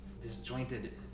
disjointed